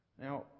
Now